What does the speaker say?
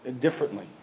differently